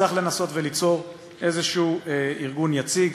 צריך לנסות וליצור איזשהו ארגון יציג.